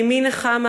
ניצן.